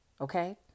Okay